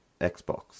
Xbox